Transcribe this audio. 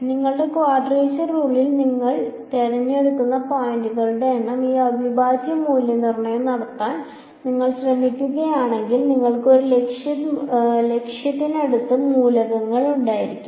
നിങ്ങളുടെ ക്വാഡ്രേച്ചർ റൂളിൽ നിങ്ങൾ തിരഞ്ഞെടുക്കുന്ന പോയിന്റുകളുടെ എണ്ണം ഈ അവിഭാജ്യ മൂല്യനിർണ്ണയം നടത്താൻ നിങ്ങൾ ശ്രമിക്കുകയാണെങ്കിൽ നിങ്ങൾക്ക് ഒരു ലക്ഷത്തിനടുത്ത് മൂലകങ്ങൾ ഉണ്ടായിരിക്കും